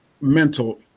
mental